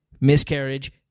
miscarriage